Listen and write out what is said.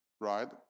right